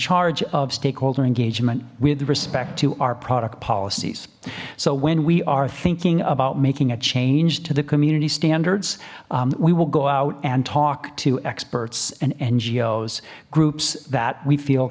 charge of stakeholder engagement with respect to our product policies so when we are thinking about making a change to the community standards we will go out and talk to experts and ngos groups that we feel